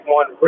one